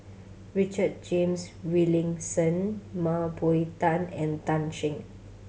Richard James Wilkinson Mah Bow Tan and Tan Shen